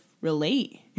relate